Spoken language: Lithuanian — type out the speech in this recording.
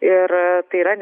ir tai yra